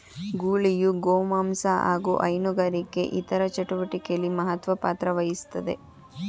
ಗೂಳಿಯು ಗೋಮಾಂಸ ಹಾಗು ಹೈನುಗಾರಿಕೆ ಇತರ ಚಟುವಟಿಕೆಲಿ ಮಹತ್ವ ಪಾತ್ರವಹಿಸ್ತದೆ